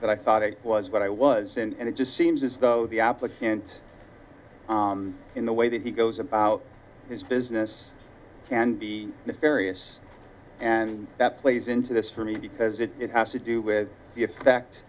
but i thought it was what i was and it just seems as though the applicant in the way that he goes about his business can be nefarious and that plays into this for me because it it has to do with the effect